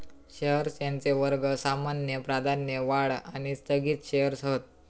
shares यांचे वर्ग सामान्य, प्राधान्य, वाढ आणि स्थगित शेअर्स हत